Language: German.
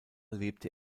lebte